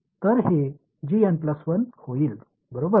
तर हे होईल बरोबर